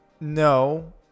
No